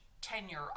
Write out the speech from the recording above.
tenure